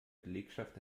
belegschaft